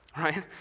right